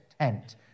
tent